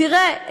תראה,